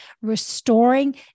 restoring